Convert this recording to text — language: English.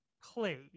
clay